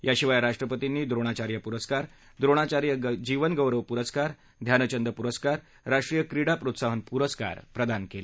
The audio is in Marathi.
याशिवाय राष्ट्रपतींनी द्रोणाचार्य पुरस्कार द्रोणाचार्य जीवनगौरव पुरस्कार ध्यानचंद पुरस्कार राष्ट्रीय क्रीडा प्रोत्साहन पुरस्कार प्रदान केले